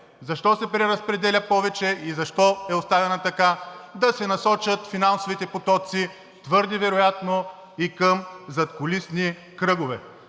Защо се преразпределя повече и защо е оставена така? Да си насочат финансовите потоци, твърде вероятно и към задкулисни кръгове.